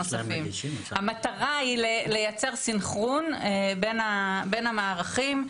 המטרה היא לייצר סנכרון בין המערכים.